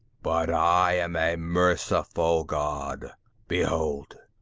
but i am a merciful god behold,